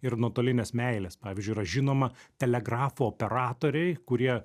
ir nuotolinės meilės pavyzdžiui yra žinoma telegrafo operatoriai kurie